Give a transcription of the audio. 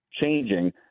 changing